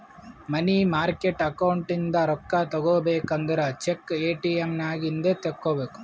ಮನಿ market account ಇಂದ ರೊಕ್ಕಾ ತಗೋಬೇಕು ಅಂದುರ್ ಚೆಕ್, ಎ.ಟಿ.ಎಮ್ ನಾಗ್ ಇಂದೆ ತೆಕ್ಕೋಬೇಕ್